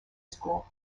school